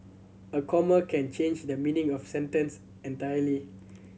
a comma can change the meaning of sentence entirely